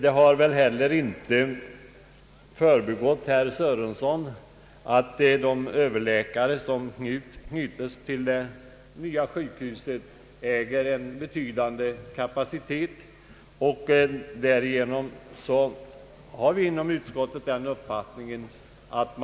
Det har väl heller inte förbigått herr Sörenson att de överläkare som knytes till det nya sjukhuset äger betydande kapacitet. Vi har därför inom utskottet den uppfattningen att det